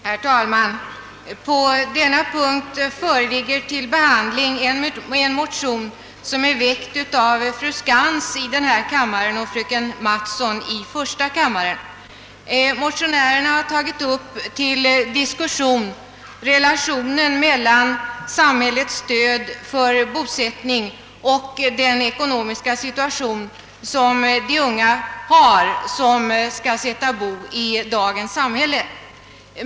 Herr talman! På denna punkt föreligger till behandling en motion som är väckt av fru Skantz i denna kammare och fröken Mattson i första kammaren. Motionärerna har tagit upp till diskussion relationen mellan samhällets stöd till bosättning och den ekonomiska situation som de unga par befinner sig i som skall sätta bo i dagens samhälle.